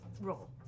roll